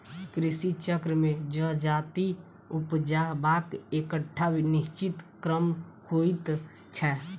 कृषि चक्र मे जजाति उपजयबाक एकटा निश्चित क्रम होइत छै